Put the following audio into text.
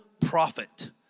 prophet